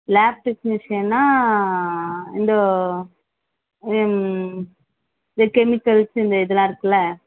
lab டெக்க்னீசியனாக இந்த இந்த கெமிக்கல்ஸ் இந்த இதெல்லாம் இருக்குல